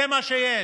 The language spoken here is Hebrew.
זה מה שיש,